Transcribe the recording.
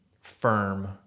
firm